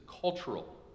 cultural